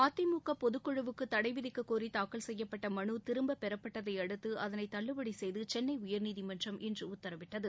அதிமுக பொதுக்குழுவுக்கு தடை விதிக்கக்கோரி தாக்கல் செய்யப்பட்ட மனு திரும்பப்பெறப்பட்டதை அடுத்து அதனை தள்ளுபடி செய்து சென்னை உயர்நீதிமன்றம் இன்று உத்தரவிட்டது